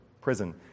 prison